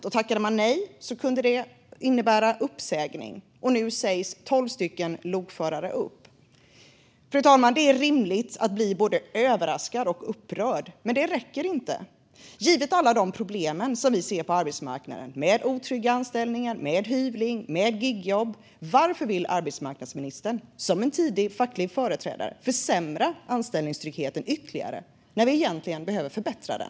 Om man tackade nej kunde det innebära uppsägning. Nu sägs tolv lokförare upp. Fru talman! Det är rimligt att bli både överraskad och upprörd, men det räcker inte. Givet alla problem vi ser på arbetsmarknaden med otrygga anställningar, med hyvling, med gigjobb, varför vill arbetsmarknadsministern, en tidigare facklig företrädare, försämra anställningstryggheten ytterligare när vi egentligen behöver förbättra den?